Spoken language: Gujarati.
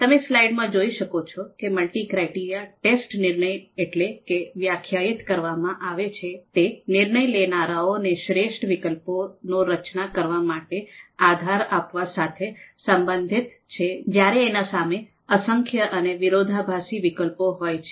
તમે સ્લાઇડમાં જોઈ શકો છો કે મલ્ટિ ક્રાઈટીરીયા ટેસ્ટ નિર્ણય એટલે જે વ્યાખ્યાયિત કરવામાં આવે તે નિર્ણય લેનારાઓને શ્રેષ્ઠ વિકલ્પનો ચયન કરવા માટે આધાર આપવા સાથે સંબંધિત છે જયારે એના સામે અસંખ્ય અને વિરોધાભાસી વિકલ્પો હોય છે